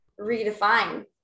redefine